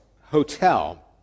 hotel